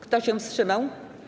Kto się wstrzymał?